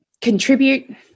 contribute